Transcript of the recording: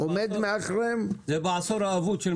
זה בעשור האבוד.